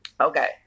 Okay